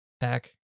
pack